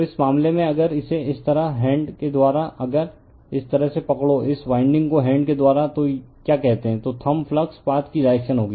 तो इस मामले में अगर इसे इस तरह हैण्ड के द्वारा अगर इस तरह से पकड़ो इस वाइंडिंग को हैण्ड के द्वारा तो क्या कहते हैं तो थम्ब फ्लक्स पाथ की डायरेक्शन होगी